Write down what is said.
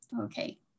Okay